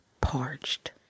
parched